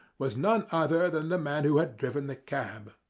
was none other than the man who had driven the cab.